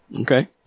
Okay